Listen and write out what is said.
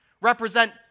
represent